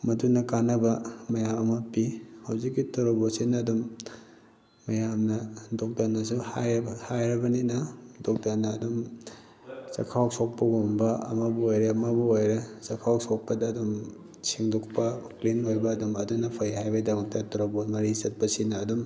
ꯃꯗꯨꯅ ꯀꯥꯟꯅꯕ ꯃꯌꯥꯝ ꯑꯃ ꯄꯤ ꯍꯧꯖꯤꯛꯀꯤ ꯇꯣꯔꯣꯕꯣꯠꯁꯤꯅ ꯑꯗꯨꯝ ꯃꯌꯥꯝꯅ ꯗꯣꯛꯇꯔꯅꯁꯨ ꯍꯥꯏꯔꯕꯅꯤꯅ ꯗꯣꯛꯇꯔꯅ ꯑꯗꯨꯝ ꯆꯈꯥꯎ ꯁꯣꯛꯄꯒꯨꯝꯕ ꯑꯃꯕꯨ ꯑꯣꯏꯔꯦ ꯑꯃꯕꯨ ꯑꯣꯏꯔꯦ ꯆꯈꯥꯎ ꯁꯣꯛꯄꯗ ꯑꯗꯨꯝ ꯁꯦꯡꯗꯣꯛꯄ ꯀ꯭ꯂꯤꯟ ꯑꯣꯏꯕ ꯑꯗꯨꯅ ꯑꯗꯨꯝ ꯐꯩ ꯍꯥꯏꯕꯩꯗꯃꯛꯇ ꯇꯣꯔꯕꯣꯠ ꯃꯔꯤ ꯆꯠꯄꯁꯤꯅ ꯑꯗꯨꯝ